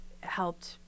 helped